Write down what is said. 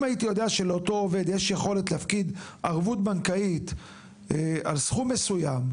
אם הייתי יודע שלאותו עובד יש יכולת להפקיד ערבות בנקאית על סכום מסוים,